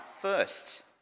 first